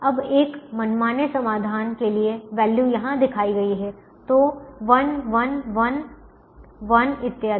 अब एक मनमाने समाधान के लिए वैल्यू यहाँ दिखाई गई है तो 1 1 1 1 इत्यादि